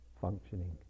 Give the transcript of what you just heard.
functioning